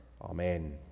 Amen